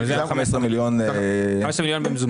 זה ה-15 מיליון במזומן.